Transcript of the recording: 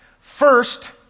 First